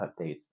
updates